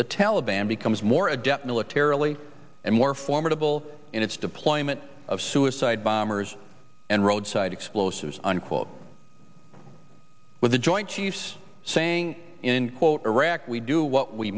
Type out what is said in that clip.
the taliban becomes more adept militarily and more formidable in its deployment of suicide bombers and roadside explosives unquote with the joint chiefs saying in quote iraq we do what we